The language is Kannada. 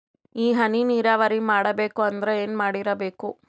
ಈ ಹನಿ ನೀರಾವರಿ ಮಾಡಬೇಕು ಅಂದ್ರ ಏನ್ ಮಾಡಿರಬೇಕು?